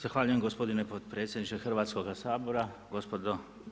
Zahvaljujem gospodine potpredsjedniče Hrvatskoga sabora, gospodo.